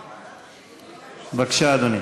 בבקשה, אדוני.